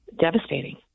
devastating